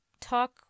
talk